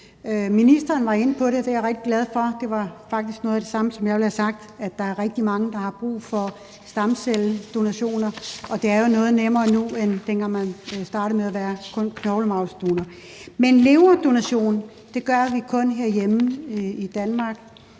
Ministeren var inde på det, og det er jeg rigtig glad for. Det var faktisk noget af det samme, som jeg ville have sagt, nemlig at der er rigtig mange, der har brug for stamcelledonationer. Det er jo noget nemmere nu, end dengang man startede med kun at kunne være knoglemarvsdonor. Leverdonationer er herhjemme kun fra